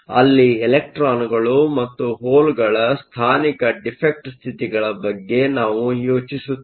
ಅಲ್ಲಿ ಎಲೆಕ್ಟ್ರಾನ್ಗಳು ಮತ್ತು ಹೋಲ್ಗಳ ಸ್ಥಾನಿಕ ಡಿಫೆಕ್ಟ್ ಸ್ಥಿತಿಗಳ ಬಗ್ಗೆ ನಾವು ಯೋಚಿಸುತ್ತೇವೆ